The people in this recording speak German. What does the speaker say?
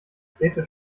städte